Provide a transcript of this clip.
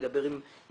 הוא ידבר עם הגמ"חים,